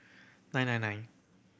nine nine nine